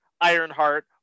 Ironheart